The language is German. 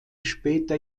später